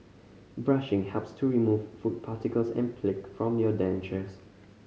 brushing helps to remove food particles and plaque from your dentures